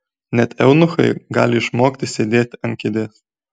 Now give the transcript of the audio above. net eunuchai gali išmokti sėdėti ant kėdės